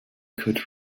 could